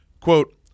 Quote